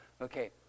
Okay